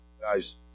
Guys